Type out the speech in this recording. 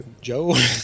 Joe